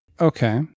Okay